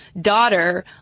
daughter